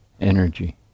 energy